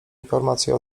informacje